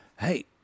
Hey